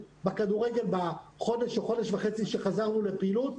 בכדורגל בחודש או חודש וחצי שבהם חזרנו לפעילות,